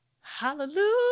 hallelujah